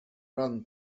ran